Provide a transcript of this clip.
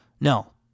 No